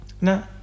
No